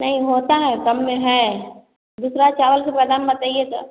नहीं होता है कम में है दूसरा चावल का दाम बताइए तो